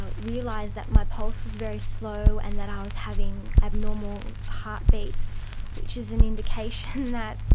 ah realised that my pulse was very slow and that i was having abnormal heartbeats which is an indication that,